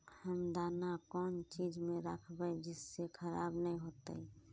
हम दाना कौन चीज में राखबे जिससे खराब नय होते?